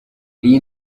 iyi